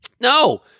No